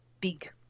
big